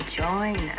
join